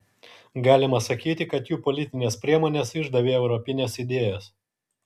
galima sakyti kad jų politinės priemonės išdavė europines idėjas